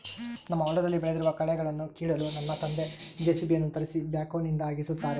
ನಮ್ಮ ಹೊಲದಲ್ಲಿ ಬೆಳೆದಿರುವ ಕಳೆಗಳನ್ನುಕೀಳಲು ನನ್ನ ತಂದೆ ಜೆ.ಸಿ.ಬಿ ಯನ್ನು ತರಿಸಿ ಬ್ಯಾಕ್ಹೋನಿಂದ ಅಗೆಸುತ್ತಾರೆ